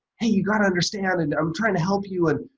hey, you got to understand and i'm trying to help you and